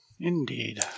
Indeed